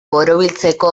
borobiltzeko